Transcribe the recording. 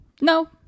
No